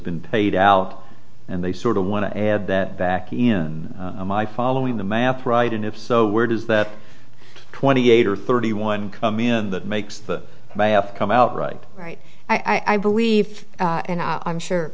been paid out and they sort of want to add that back in my following the math right and if so where does that twenty eight or thirty one come in that makes the buy a come out right right i believe and i'm sure